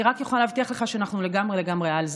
אני רק יכולה להבטיח לך שאנחנו לגמרי לגמרי על זה.